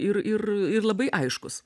ir ir ir labai aiškus